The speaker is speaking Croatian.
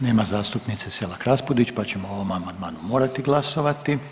Nema zastupnice Selak Raspudić, pa ćemo o ovom amandmanu morati glasovati.